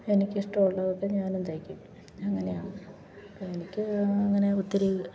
എനിക്കിഷ്ടമുള്ളതൊക്കെ ഞാനും തയ്ക്കും അങ്ങനെയാണ് അപ്പം എനിക്ക് അങ്ങനെ ഒത്തിരി